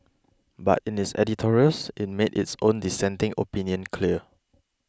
but in its editorials it made its own dissenting opinion clear